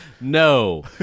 No